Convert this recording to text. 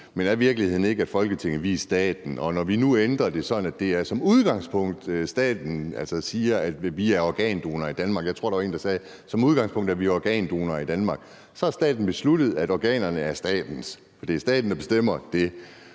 Men er virkeligheden ikke den, at vi som Folketing er staten, og når vi nu ændrer det, sådan at staten som udgangspunkt siger, at vi er organdonorer i Danmark – jeg tror, der var en, der sagde, at vi som udgangspunkt er organdonorer i Danmark – så har staten besluttet, at organerne er statens, for det er staten, der bestemmer det?